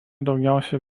daugiausiai